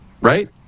Right